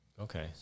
Okay